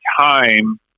time